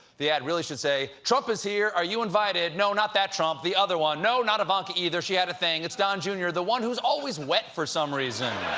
the ad really should say, trump is here, are you invited? no, not that trump, the other one. no, not ivanka, either. she had a thing. it's don jr, the one who's always wet for some reason.